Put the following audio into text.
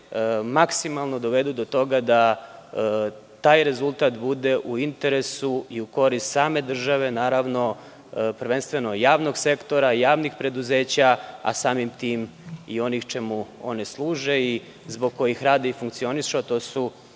maksimalno dovedu do toga da taj rezultat bude u interesu i u korist same države, naravno, prvenstveno javnog sektora i javnih preduzeća, a samim tim i onih čemu one služe i zbog kojih rade i funkcionišu, a to su